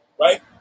right